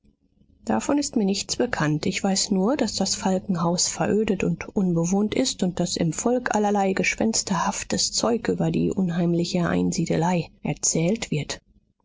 davon ist mir nichts bekannt ich weiß nur daß das falkenhaus verödet und unbewohnt ist und daß im volk allerlei gespensterhaftes zeug über die unheimliche einsiedelei erzählt wird